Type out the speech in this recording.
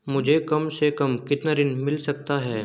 मुझे कम से कम कितना ऋण मिल सकता है?